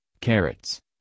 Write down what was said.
carrots